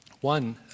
One